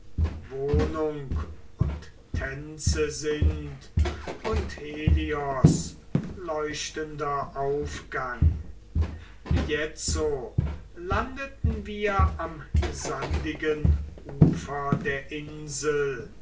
wohnung und tänze sind und helios leuchtender aufgang jetzo landeten wir am sandigen ufer der insel